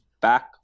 back